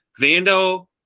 Vando